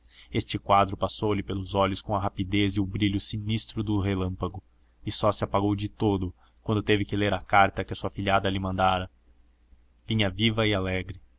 este quadro passou-lhe pelos olhos com a rapidez e o brilho sinistro do relâmpago e só se apagou de todo quando teve que ler a carta que a sua afilhada lhe mandara vinha viva e alegre